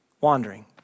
wandering